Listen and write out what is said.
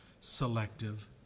selective